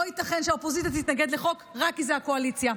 לא ייתכן שהאופוזיציה תתנגד לחוק רק כי זו הקואליציה,